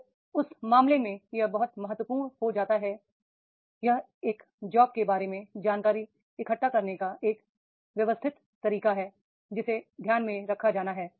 तो उस मामले में यह बहुत महत्वपूर्ण हो जाता है यह एक जॉब के बारे में जानकारी इकट्ठा करने का एक व्यवस्थित तरीका है जिसे ध्यान में रखा जाना है